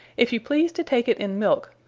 if you please to take it in milke,